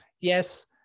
yes